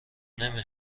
نمی